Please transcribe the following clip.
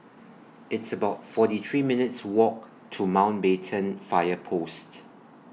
It's about forty three minutes' Walk to Mountbatten Fire Post